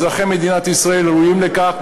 אזרחי מדינת ישראל ראויים לכך,